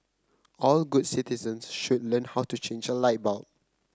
all good citizens should learn how to change a light bulb